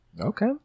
Okay